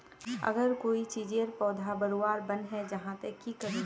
अगर कोई चीजेर पौधा बढ़वार बन है जहा ते की करूम?